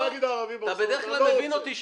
אתה בדרך כלל מבין אותי.